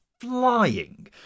flying